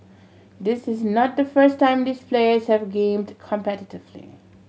this is not the first time these players have gamed competitively